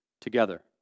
together